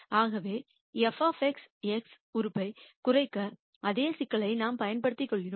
ஆகவே f x உறுப்பைக் குறைக்க அதே சிக்கலை நாம் எடுத்துக்கொள்கிறோம்